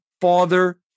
father